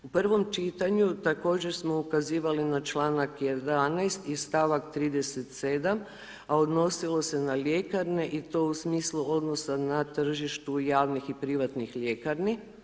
U prvom čitanju također smo ukazivali na članak 11. stavak 37. a odnosilo se na ljekarne i to u smislu odnosna na tržištu javnih i privatnih ljekarni.